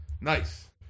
Nice